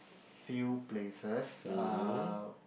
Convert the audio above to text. few places